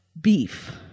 beef